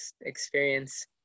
experience